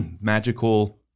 magical